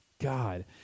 God